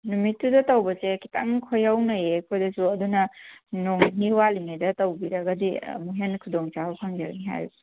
ꯅꯨꯃꯤꯠꯇꯨꯗ ꯇꯧꯕꯁꯦ ꯈꯤꯇꯪ ꯈꯨꯌꯧꯅꯩꯌꯦ ꯑꯩꯈꯣꯏꯗꯁꯨ ꯑꯗꯨꯅ ꯅꯣꯡ ꯅꯤꯅꯤ ꯋꯥꯠꯂꯤꯉꯩꯗ ꯇꯧꯕꯤꯔꯒꯗꯤ ꯑꯃꯨꯛ ꯍꯦꯟꯅ ꯈꯨꯗꯣꯡ ꯆꯥꯕ ꯐꯪꯒꯅꯤ ꯍꯥꯏꯔꯤꯕ